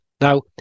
Now